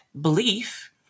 belief